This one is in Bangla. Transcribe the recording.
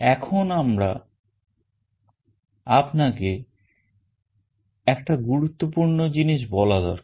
এখন আমার আপনাকে একটা গুরুত্বপূর্ণ জিনিস বলা দরকার